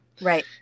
Right